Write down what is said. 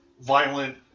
violent